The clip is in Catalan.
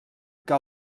que